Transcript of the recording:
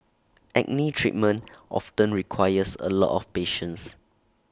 acne treatment often requires A lot of patience